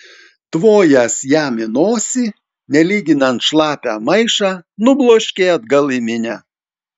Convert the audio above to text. tvojęs jam į nosį nelyginant šlapią maišą nubloškė atgal į minią